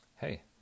hey